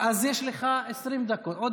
בסדר.